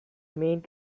main